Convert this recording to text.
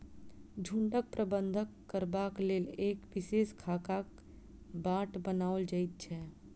झुंडक प्रबंधन करबाक लेल एक विशेष खाकाक बाट बनाओल जाइत छै